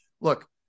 look